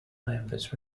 members